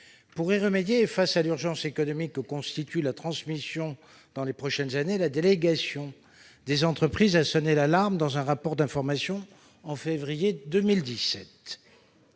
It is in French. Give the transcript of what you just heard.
Pour y remédier, et face à l'urgence économique que constitue la transmission dans les prochaines années, la délégation sénatoriale aux entreprises a sonné l'alarme dans un rapport d'information de février 2017